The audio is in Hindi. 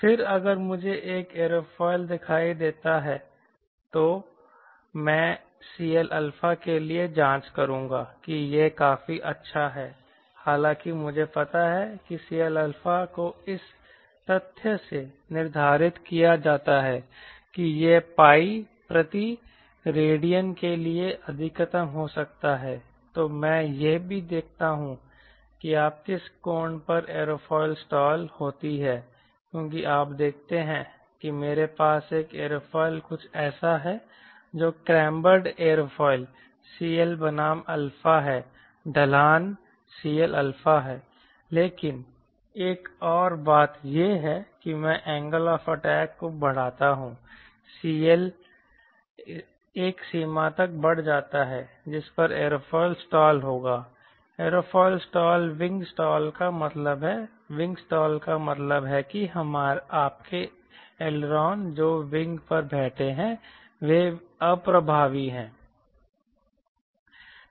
फिर अगर मुझे एक एयरोफॉयल दिखाई देता है तो मैं CLα के लिए जांच करूंगा कि यह काफी अच्छा है हालांकि मुझे पता है कि CLα को इस तथ्य से निर्धारित किया जाता है कि यह पाई प्रति रेडियन के लिए अधिकतम हो सकता है तो मैं यह भी देखता हूं कि आप किस कोण पर एयरोफिल स्टॉल होती हैं क्योंकि आप देखते हैं कि मेरे पास एक एयरोफॉयल कुछ ऐसा है जो कैम्ब्र्ड एयरोफॉयल CL बनाम α है ढलान CLα है लेकिन एक और बात यह है कि मैं एंगल ऑफ अटैक को बढ़ाता हूं CL एक सीमा तक बढ़ जाता है जिस पर एयरोफिल स्टाल होगा एयरोफिल स्टाल विंग स्टॉल का मतलब है विंग स्टॉल का मतलब है कि आपके एलेरॉन जो विंग पर बैठे हैं वे भी अप्रभावी हैं